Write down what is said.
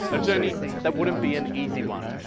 a journey that wouldn't be an easy one,